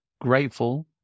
grateful